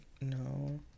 No